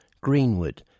Greenwood